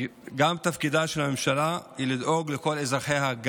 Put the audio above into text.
תפקידה של הממשלה הוא לדאוג לכל אזרחיה,